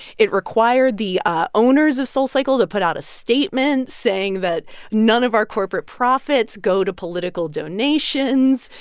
it required the owners of soulcycle to put out a statement saying that none of our corporate profits go to political donations.